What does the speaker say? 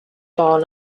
born